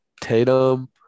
Tatum